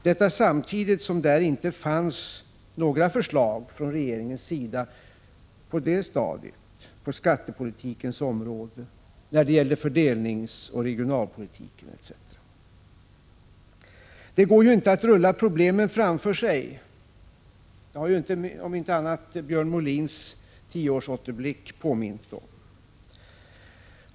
Detta samtidigt som det inte fanns några förslag från regeringen på det stadiet på skattepolitikens område, när det gällde fördelningsoch regionalpolitiken etc. Det går inte att rulla problemen framför sig. Det har om inte annat Björn Molins tioårsåterblick påmint om.